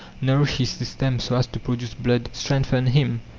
nourish his system so as to produce blood, strengthen him,